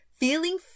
feeling